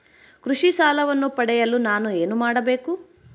ಕೃಷಿ ಸಾಲವನ್ನು ಪಡೆಯಲು ನಾನು ಏನು ಮಾಡಬೇಕು?